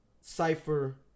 cipher